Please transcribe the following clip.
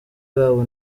babo